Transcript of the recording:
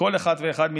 מכל אחד ואחד מאיתנו,